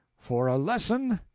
for a lesson,